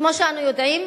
כמו שאנו יודעים,